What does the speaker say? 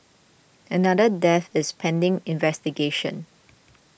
another death is pending investigation